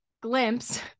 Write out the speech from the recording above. glimpse